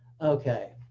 okay